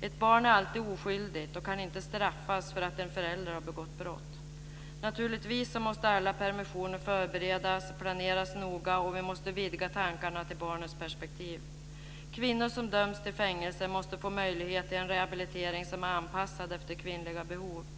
Ett barn är alltid oskyldigt och kan inte straffas för att en förälder har begått brott. Naturligtvis måste alla permissioner förberedas och planeras noga, och vi måste vidga tankarna till barnens perspektiv. Kvinnor som dömts till fängelse måste få möjlighet till en rehabilitering som är anpassad efter kvinnliga behov.